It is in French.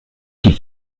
qu’il